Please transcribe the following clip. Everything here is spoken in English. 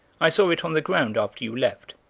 i saw it on the ground after you left.